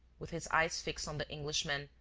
with his eyes fixed on the englishman,